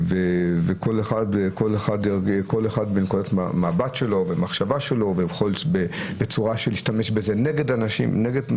וכל אחד מנקודת המבט שלו והמחשבה שלו בצורה שהוא ישתמש בזה נגד מפלגות.